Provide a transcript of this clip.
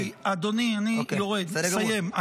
אני יורד, אני מסיים.